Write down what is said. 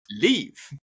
leave